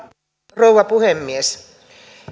rouva puhemies